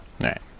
right